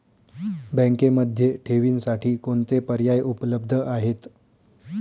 बँकेमध्ये ठेवींसाठी कोणते पर्याय उपलब्ध आहेत?